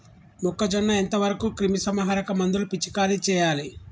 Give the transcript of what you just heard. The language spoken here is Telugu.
మొక్కజొన్న ఎంత వరకు క్రిమిసంహారక మందులు పిచికారీ చేయాలి?